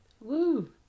Woo